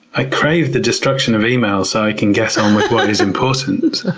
i crave the destruction of email so i can get on with what is important.